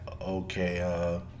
okay